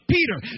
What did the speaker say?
Peter